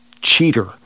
cheater